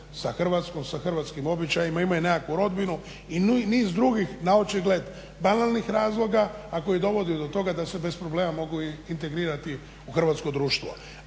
sa Hrvatskom, sa hrvatskim običajima, imaju nekakvu rodbinu i niz drugih naočigled banalnih razloga, a koji dovode do toga da se bez problema mogu integrirati u hrvatsko društvo.